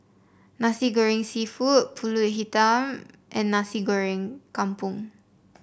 Nasi Goreng seafood pulut hitam and Nasi Goreng Kampung